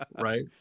right